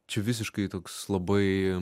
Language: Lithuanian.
čia visiškai toks labai